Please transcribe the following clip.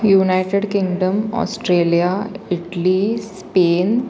United Kingdom Australia Italy Spain